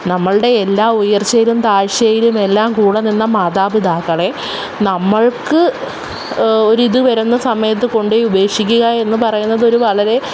നമ്മളുടെ എല്ലാ ഉയർച്ചയിലും താഴ്ചയിലും എല്ലാം കൂടെ നിന്ന മാതാപിതാക്കളെ നമ്മൾക്ക് ഒരു ഇതു വരുന്ന സമയത്ത് കൊണ്ടുപോയി ഉപേക്ഷിക്കുക എന്ന് പറയുന്നത് ഒരു വളരെ